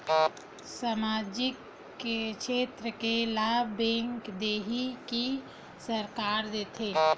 सामाजिक क्षेत्र के लाभ बैंक देही कि सरकार देथे?